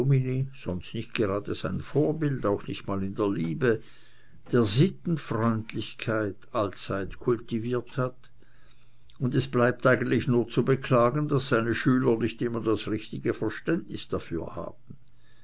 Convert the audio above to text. sonst nicht gerade sein vorbild auch nicht mal in der liebe der sitten freundlichkeit allerzeit kultiviert hat und es bleibt eigentlich nur zu beklagen daß seine schüler nicht immer das richtige verständnis dafür haben